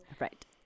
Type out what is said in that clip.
right